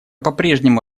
попрежнему